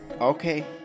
Okay